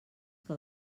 que